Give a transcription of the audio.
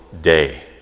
day